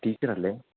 ടീച്ചറല്ലേ